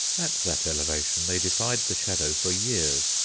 at that elevation they defied the shadow for years,